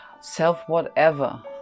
self-whatever